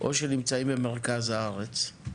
או שנמצאות במרכז הארץ.